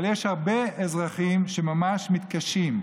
אבל יש הרבה אזרחים שממש מתקשים,